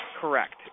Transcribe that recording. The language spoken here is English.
Correct